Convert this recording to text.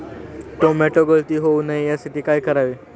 Tomato गळती होऊ नये यासाठी काय करावे?